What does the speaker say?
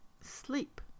sleep